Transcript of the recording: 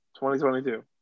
2022